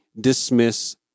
dismiss